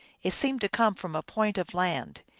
it seemed to come from a point of land.